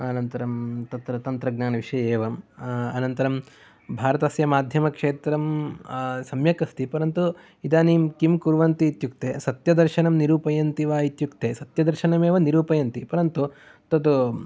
अनन्तरं तत्र तन्त्रज्ञानविषये एवम् अनन्तरं भारतस्य माध्यमक्षेत्रं सम्यक् अस्ति परन्तु इदानीं किं कुर्वन्ति इत्युक्ते सत्यदर्शनं निरुपयन्ति वा इत्युक्ते सत्यदर्शनमेव निरुपयन्ति परन्तु तद्